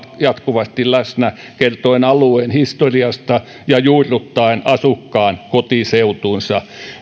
jatkuvasti läsnä kertoen alueen historiasta ja juurruttaen asukkaan kotiseutuunsa